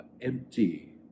empty